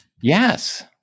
Yes